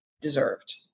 deserved